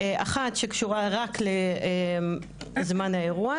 אחת שקשורה רק לזמן האירוע,